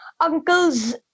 uncle's